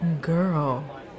Girl